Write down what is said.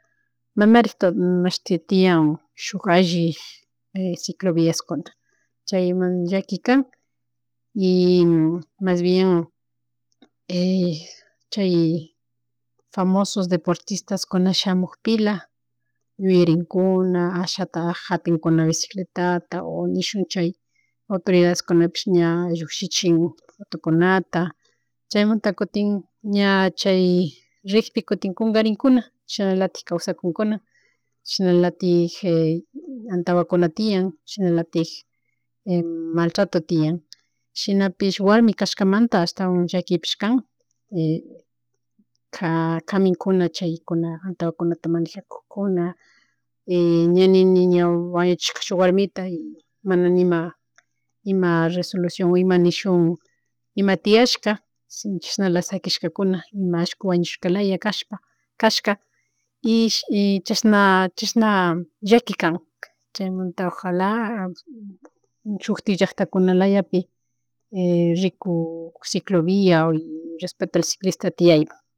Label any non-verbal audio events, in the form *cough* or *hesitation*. Manarik *hesitation* mashti tiyak shuk alli *hesitation* ciclo viaskuna chayman llakikan y mas bien *hesitation* chay famosos deportistaskuna shamukpila yuyarikuna ashata japinkuna bicicletata nishun autoridadeskunapish ña llukshichin fotokunata, cahymunta kutin ña chay rikpi kungarinkuna chinalatik kawsakunkuna *noise* chishnalatik *hesitation* atawakuna tiayan chishnalatik *hesitation* maltarato tiyan chinapish warmi kashkamanta ashtawan llakipish kan *hesitation* kaminkuna chaykuna antawankunata manejakukuna *hesitation* ña nini ña wañuchishka shuk warmita y mana nima ima resolucion o ima nishun ima tiyashka chashnala shakishkakuna, ima allku wañushkayala kashpa, kashka y *hesitation* chashna *hesitation* chashna llaki kan chaymunta ojala shukti llacktakunalayapi *hesitation* riku ciclo via o respeto al ciclista tiyanmun.